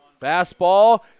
Fastball